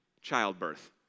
childbirth